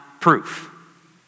proof